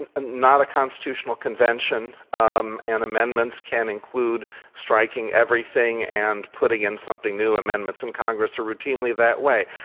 and ah not a constitutional convention um and amendments can include striking everything and putting in something new. amendments in congress are routinely that way.